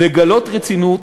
לגלות רצינות,